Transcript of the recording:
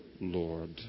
Lord